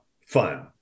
fun